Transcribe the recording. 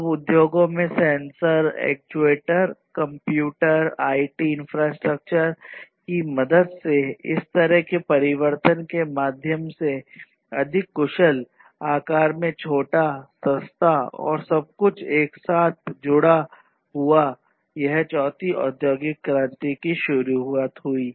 अब उद्योगों में sensor actuators computer IT infrastructure की मदद से इस तरह के परिवर्तन के माध्यम से एक अधिक कुशल आकार में छोटा सस्ता और सब कुछ एक साथ जुड़ा हुआ यह चौथा औद्योगिक क्रांति शुरू हुई